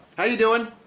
how you doing?